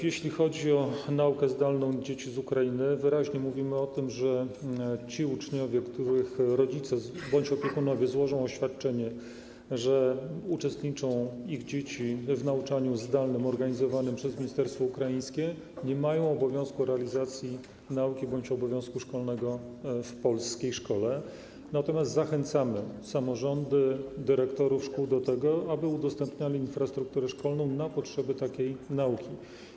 Jeśli chodzi o naukę zdalną dzieci z Ukrainy, wyraźnie mówimy o tym, że ci uczniowie, których rodzice bądź opiekunowie złożą oświadczenie, że ich dzieci uczestniczą w nauczaniu zdalnym organizowanym przez ministerstwo ukraińskie, nie mają obowiązku realizacji nauki bądź obowiązku szkolnego w polskiej szkole, natomiast zachęcamy samorządy, dyrektorów szkół do tego, aby udostępniali infrastrukturę szkolną na potrzeby takiej nauki.